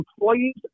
employees